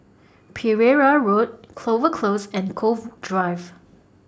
Pereira Road Clover Close and Cove Drive